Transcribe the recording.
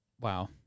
wow